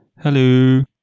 Hello